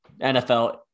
nfl